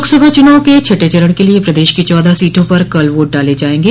लोकसभा चुनाव के छठें चरण के लिये प्रदेश की चौदह सीटों पर कल वोट डाले जायेंगे